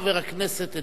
חבר הכנסת אלדד.